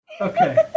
Okay